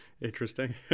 interesting